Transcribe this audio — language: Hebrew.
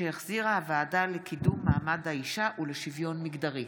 שהחזירה הוועדה לקידום מעמד האישה ולשוויון מגדרי.